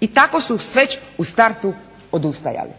i tako su već u startu odustajali.